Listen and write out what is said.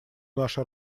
наша